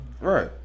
Right